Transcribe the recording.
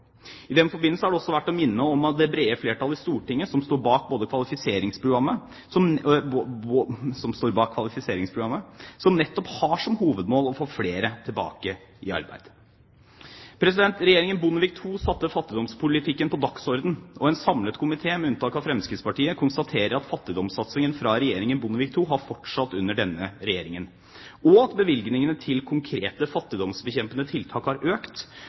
I den forbindelse er det også verdt å minne om at et bredt flertall i Stortinget står bak kvalifiseringsprogrammet, som nettopp har som hovedmål å få flere tilbake i arbeid. Regjeringen Bondevik II satte fattigdomspolitikken på dagsordenen, og en samlet komité, med unntak av Fremskrittspartiet, konstaterer at fattigdomssatsingen fra regjeringen Bondevik II har fortsatt under denne regjeringen, og at bevilgningene til konkrete fattigdomsbekjempende tiltak har økt.